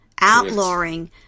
Outlawing